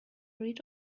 rid